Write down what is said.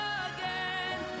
again